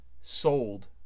sold